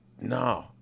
No